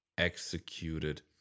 executed